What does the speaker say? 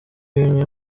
bimwe